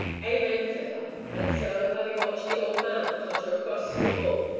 amen! said i. and so, having watched the old man totter across to the bull,